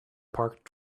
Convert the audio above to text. parked